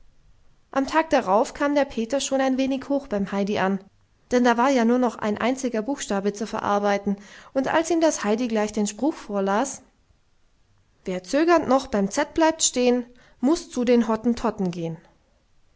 am tag darauf kam der peter schon ein wenig hoch beim heidi an denn da war ja nur noch ein einziger buchstabe zu verarbeiten und als ihm das heidi gleich den spruch las wer zögernd noch beim z bleibt stehn muß zu den hottentotten gehn